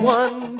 one